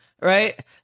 right